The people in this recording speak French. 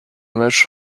match